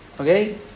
Okay